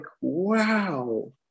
wow